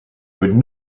would